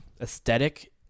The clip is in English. aesthetic